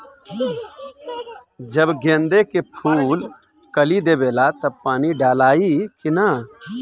जब गेंदे के फुल कली देवेला तब पानी डालाई कि न?